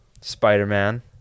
Spider-Man